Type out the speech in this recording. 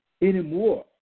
anymore